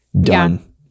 done